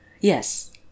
Yes